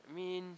I mean